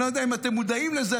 אני לא יודע אם אתם מודעים לזה,